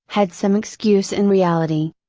had some excuse in reality.